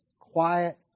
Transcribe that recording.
quiet